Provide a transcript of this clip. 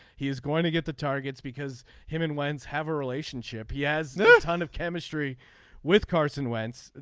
he is going to get the targets because him and wins have a relationship. he has a ton of chemistry with carson wentz.